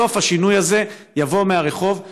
בסוף השינוי הזה יבוא מהרחוב,